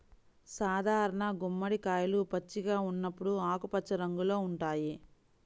సాధారణ గుమ్మడికాయలు పచ్చిగా ఉన్నప్పుడు ఆకుపచ్చ రంగులో ఉంటాయి